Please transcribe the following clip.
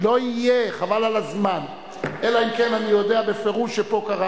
כהצעת הוועדה, נתקבל.